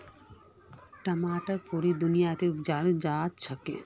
टमाटर पुरा दुनियात उपजाल जाछेक